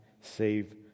save